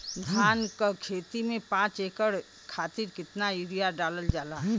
धान क खेती में पांच एकड़ खातिर कितना यूरिया डालल जाला?